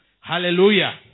Hallelujah